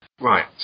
Right